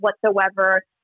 whatsoever